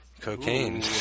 Cocaine